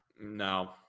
No